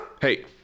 Hey